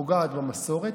פוגעת במסורת,